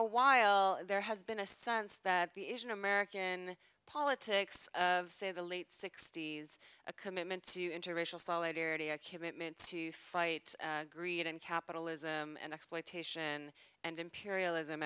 a while there has been a sense that the asian american politics of say the late sixty's a commitment to interracial solidarity a commitment to fight greed and capitalism and exploitation and imperialism